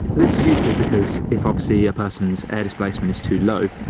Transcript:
this is useful because if obviously a person's air displacement is too low,